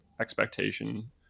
expectation